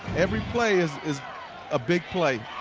every play is is a big play.